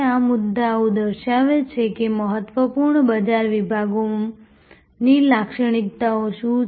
આ મુદ્દાઓ દર્શાવે છે કે મહત્વપૂર્ણ બજાર વિભાગોની લાક્ષણિકતાઓ શું છે